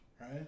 Right